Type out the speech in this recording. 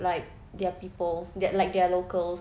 like their people that like their locals